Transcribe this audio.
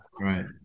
right